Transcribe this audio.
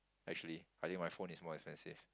actually I think my phone is more expensive